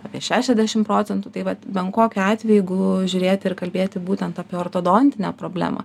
apie šešiasdešimt procentų tai vat bet kokiu atveju jeigu žiūrėti ir kalbėti būtent apie ortodontinę problemą